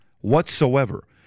whatsoever